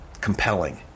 Compelling